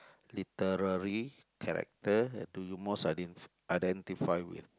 literary character do you most iden~ identify with